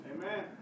Amen